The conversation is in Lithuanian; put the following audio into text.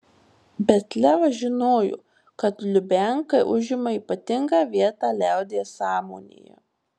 bet levas žinojo kad lubianka užima ypatingą vietą liaudies sąmonėje